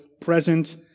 present